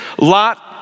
Lot